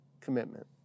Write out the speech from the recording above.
commitment